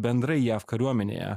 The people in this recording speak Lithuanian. bendrai jav kariuomenėje